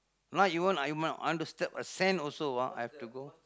not even I am I want to step a sand also ah I have to go